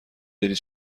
داری